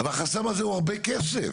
החסם הזה הוא הרבה כסף.